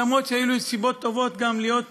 אף שהיו לי סיבות טובות גם להיות